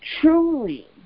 truly